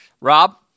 Rob